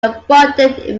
abundant